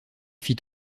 fit